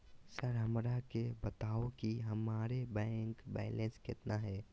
Sir हमरा के बताओ कि हमारे बैंक बैलेंस कितना है?